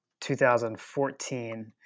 2014